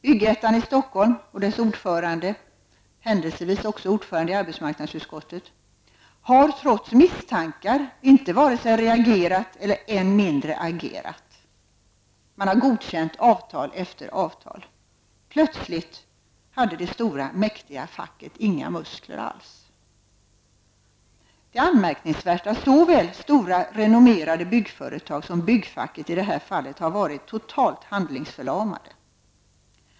Bygg-Ettan i Stockholm och dess ordförande, händelsevis också ordförande i arbetsmarknadsutskottet, har trots misstankar inte vare sig reagerat eller än mindre agerat. Man har godkänt avtal efter avtal. Plötsligt hade det stora mäktiga facket inga muskler alls. Det är anmärkningsvärt att såväl stora välrenommerade byggföretag som byggfacket i de här fallen har varit totalt handlingsförlamade.